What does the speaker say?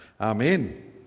Amen